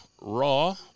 Raw